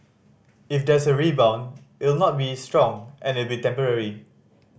if there's a rebound it'll not be strong and it'll be temporary